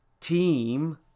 team